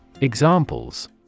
Examples